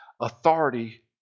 authority